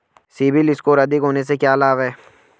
CIBIL score अधिक होने से क्या लाभ हैं?